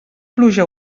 pluja